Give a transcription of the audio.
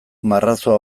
marrazoa